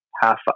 half